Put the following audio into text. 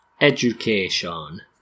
Education